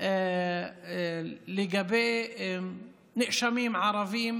לגבי נאשמים ערבים